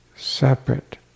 separate